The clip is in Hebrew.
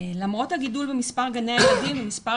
למרות הגידול במספר גני הילדים ומספר